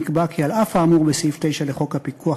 נקבע כי "על אף האמור בסעיף 9 לחוק הפיקוח,